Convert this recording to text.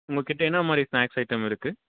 உங்கள் கிட்ட என்ன மாதிரி ஸ்நேக்ஸ் ஐட்டம் இருக்குது